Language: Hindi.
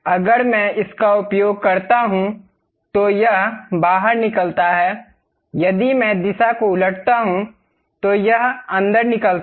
अगर मैं इसका उपयोग करता हूं तो यह बाहर निकालता है यदि मैं दिशा को उलटता हूं तो यह अंदर बाहर हो जाता है